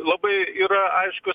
labai yra aiškus